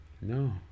No